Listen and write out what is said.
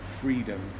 freedom